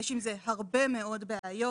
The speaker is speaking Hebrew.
יש עם זה הרבה מאוד בעיות.